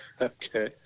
Okay